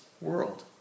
world